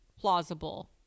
plausible